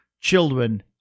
children